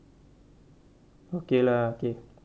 okay lah okay